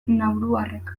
nauruarrek